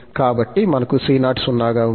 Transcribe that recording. కాబట్టి మనకు c0 0 గా ఉంటుంది